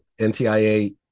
NTIA